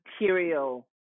material